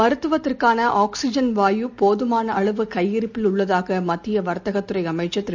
மருத்துவத்திற்கான oxygen வாயு போதமான அளவு கையிருப்பில் உள்ளதாக மத்திய வர்த்தக துறை அமைச்சர் திரு